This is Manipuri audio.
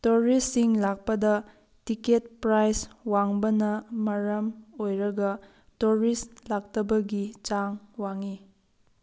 ꯇꯨꯔꯤꯁꯁꯤꯡ ꯂꯥꯛꯄꯗ ꯇꯤꯀꯦꯠ ꯄ꯭ꯔꯥꯏꯁ ꯋꯥꯡꯕꯅ ꯃꯔꯝ ꯑꯣꯏꯔꯒ ꯇꯨꯔꯤꯁ ꯂꯥꯛꯇꯕꯒꯤ ꯆꯥꯡ ꯋꯥꯡꯉꯤ